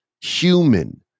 human